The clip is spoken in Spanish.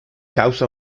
causa